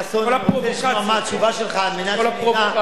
כל הפרובוקציות.